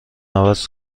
عوض